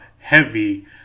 heavy